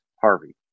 Harvey